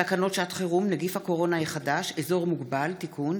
תקנות שעת חירום (נגיף הקורונה החדש) (אזור מוגבל) (תיקון),